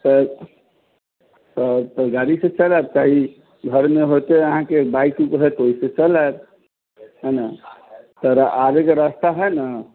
तऽ तऽ गाड़ी सँ चल आयब घर मे होत अहाँके बाइक ऊक होइ त ओहिसे चल आयब है न आबै के रस्ता है न